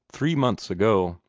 three months ago.